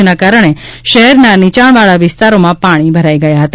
જેના કારણે શહેરના નીચાણવાળા વિસ્તારોમાં પાણી ભરાઇ ગયા હતા